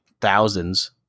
thousands